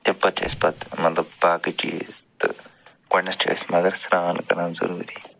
تَمہِ پتہٕ چھِ أسۍ پَتہٕ مطلب باقٕے چیٖز تہٕ گۄڈٕنٮ۪تھ چھِ أسۍ مگر سرٛان کران ضٔروٗری